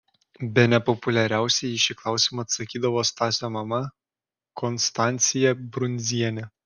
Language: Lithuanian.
bene populiariausiai į šį klausimą atsakydavo stasio mama konstancija brundzienė